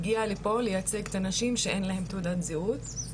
הגעתי לפה לייצג את הנשים שאין להן תעודת זהות.